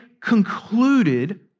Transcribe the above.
concluded